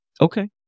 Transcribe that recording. Okay